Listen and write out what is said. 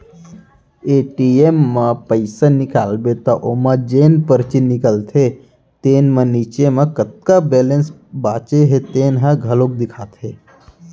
ATM म पइसा निकालबे त ओमा जेन परची निकलथे तेन म नीचे म कतका बेलेंस बाचे हे तेन ह घलोक देखाथे